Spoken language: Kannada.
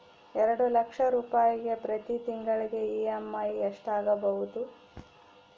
ಎರಡು ಲಕ್ಷ ರೂಪಾಯಿಗೆ ಪ್ರತಿ ತಿಂಗಳಿಗೆ ಇ.ಎಮ್.ಐ ಎಷ್ಟಾಗಬಹುದು?